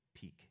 peak